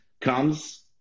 comes